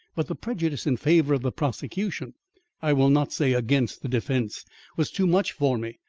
but the prejudice in favour of the prosecution i will not say against the defence was too much for me,